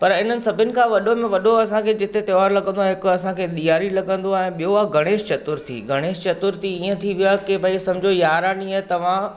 पर इन्हनि सभिनि खां वॾे में वॾो असांखे जिते त्योहार लॻंदो आहे हिकु असांखे ॾीआरी लॻंदो आहे ऐं ॿियो आहे गणेश चतुर्थी गणेश चतुर्थी ईअं थी वियो आहे की भई सम्झो यारहं ॾीहं तव्हां